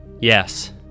Yes